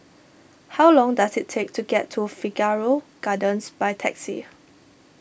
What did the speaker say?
how long does it take to get to Figaro Gardens by taxi